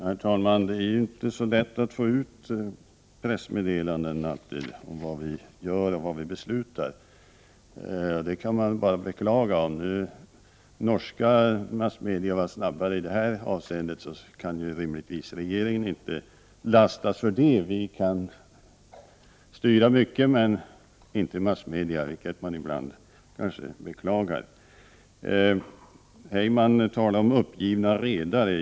Herr talman! Det är inte alltid så lätt att få ut pressmeddelanden om vad vi gör och beslutar. Det kan man bara beklaga. Om nu norska massmedia var snabbare i detta avseende kan rimligtvis inte regeringen lastas för det. Vi kan styra mycket, men inte massmedia, vilket man ibland kan beklaga. Tom Heyman talade om uppgivna redare.